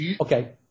Okay